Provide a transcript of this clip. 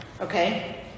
Okay